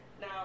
Now